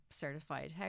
certified